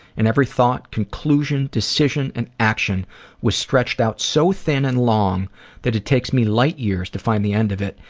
and every thought, conclusion, decision, and action was stretched out so thin and long that it takes me light years to find the end of it.